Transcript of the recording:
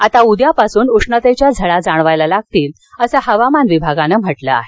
आता उद्यापासून उष्णतेच्या झळा जाणवायला लागतील असं हवामान विभागांन म्हटलं आहे